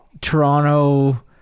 Toronto